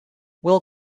will